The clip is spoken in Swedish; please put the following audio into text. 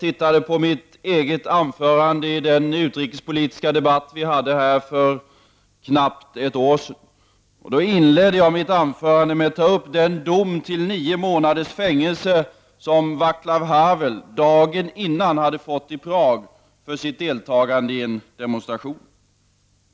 I utrikesdebatten för ett år sedan inledde jag mitt anförande med att ta upp den dom till nio månaders fängelse som Våclav Havel fått dagen innan i Prag för sitt deltagande i en demonstration.